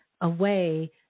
away